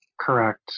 Correct